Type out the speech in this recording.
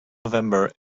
november